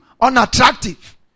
unattractive